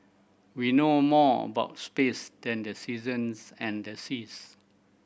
we know more about space than the seasons and the seas